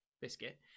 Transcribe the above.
biscuit